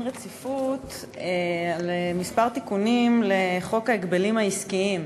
רציפות על כמה תיקונים לחוק ההגבלים העסקיים.